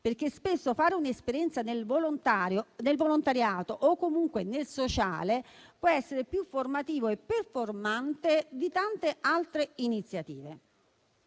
perché spesso fare un'esperienza nel volontariato o comunque nel sociale può essere più formativo e performante di tante altre iniziative.